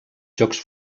jocs